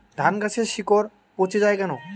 ধানগাছের শিকড় পচে য়ায় কেন?